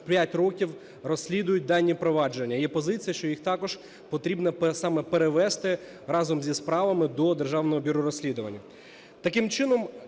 вже 5 років розслідують дані провадження? Є позиція, що їх також потрібно саме перевести разом зі справами до Державного бюро розслідувань. Таким чином,